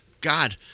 God